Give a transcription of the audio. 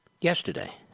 yesterday